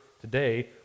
today